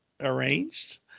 arranged